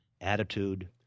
attitude